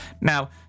Now